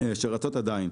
שרצות עדיין.